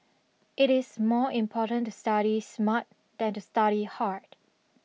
it is more important to study smart than to study hard